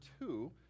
two